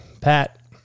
Pat